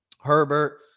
Herbert